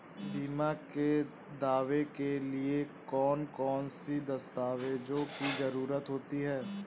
बीमा के दावे के लिए कौन कौन सी दस्तावेजों की जरूरत होती है?